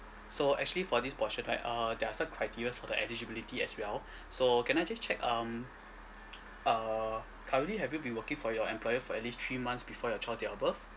so actually for this portion right uh there are some criterias for the eligibility as well so can I just check um err currently have you been working for your employer for at least three months before your child date of birth